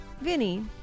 Vinny